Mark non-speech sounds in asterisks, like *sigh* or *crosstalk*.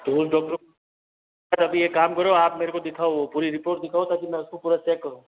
*unintelligible* अभी एक काम करो आप मेरे को दिखाओ वो पूरी रिपोर्ट दिखाओ ताकि मैं उसको पूरा चेक करूँ